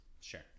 Sure